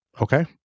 Okay